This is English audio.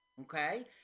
Okay